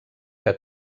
que